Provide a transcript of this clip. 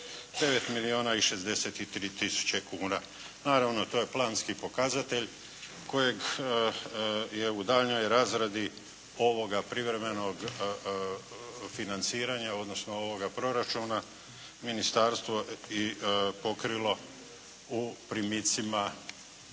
9 milijuna i 63 tisuće kuna. Naravno to je planski pokazatelj kojeg je u daljnjoj razradi ovoga privremenog financiranja odnosno ovoga Proračuna Ministarstvo i pokrilo u primicima